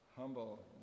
humble